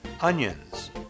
onions